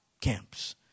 camps